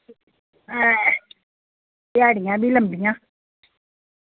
ध्याड़ियां बी लम्बियां